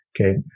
Okay